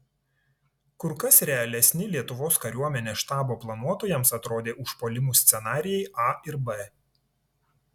kur kas realesni lietuvos kariuomenės štabo planuotojams atrodė užpuolimų scenarijai a ir b